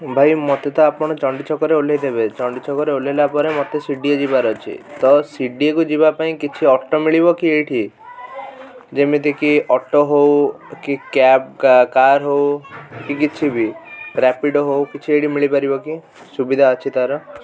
ଭାଇ ମତେ ତ ଆପଣ ଚଣ୍ଡୀ ଛକରେ ଓହ୍ଲାଇ ଦେବେ ଚଣ୍ଡୀ ଛକରେ ଓହ୍ଲାଇଲା ପରେ ମତେ ସି ଡ଼ି ଏ ଯିବାର ଅଛି ତ ସିଡ଼ିଏକୁ ଯିବା ପାଇଁ କିଛି ଅଟୋ ମିଳିବ କି ଏଇଠି ଯେମିତି କି ଅଟୋ ହେଉ କି କ୍ୟାବ୍ କାର୍ ହେଉ କି କିଛି ବି ରାପିଡ଼ୋ ହଉ କିଛି ଏଇଠି ମିଳିପାରିବ କି ସୁବିଧା ଅଛି ତାର